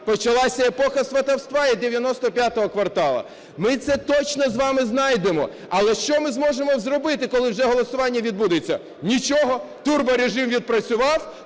Почалась епоха "сватівства" і "95 кварталу". Ми це точно з вами знайдемо. Але що ми зможемо зробити, коли вже голосування відбудеться? Нічого. Турборежим відпрацював